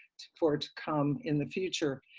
for to come in the future,